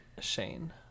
shane